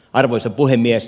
arvoisa puhemies